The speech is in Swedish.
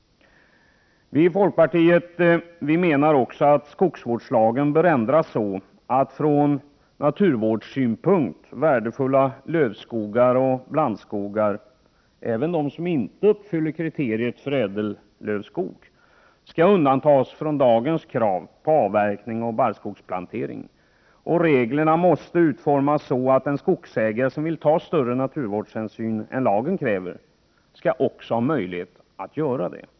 Vi i folkpartiet menar också att skogsvårdslagen bör ändras så att från naturvårdssynpunkt värdefulla lövskogar och blandskogar — även de som inte uppfyller kriteriet för ädellövskog — skall undantas från dagens krav på avverkning och barrskogsplantering. Reglerna måste utformas så, att en skogsägare som vill ta större naturvårdshänsyn än dem som lagen kräver också skall ha möjlighet att göra det.